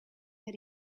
that